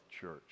church